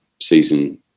season